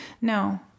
No